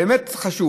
זה באמת חשוב.